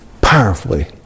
powerfully